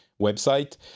website